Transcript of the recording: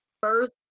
First